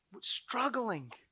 struggling